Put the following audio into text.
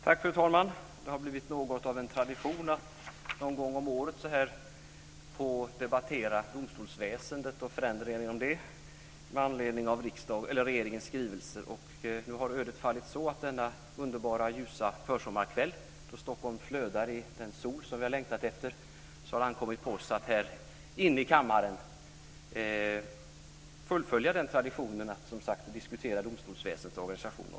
Fru talman! Det har blivit något av en tradition att någon gång om året få debattera domstolsväsendet och förändringar inom det med anledning av regeringens skrivelse. Nu har ödet fallit så att denna underbara ljusa försommarkväll, då Stockholm flödar i den sol som vi har längtat efter, har det ankommit på oss att här inne i kammaren fullfölja den traditionen att diskutera domstolsväsendets organisation.